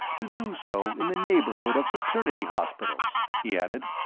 to do so in the neighborhood of maternity hospitals, he added.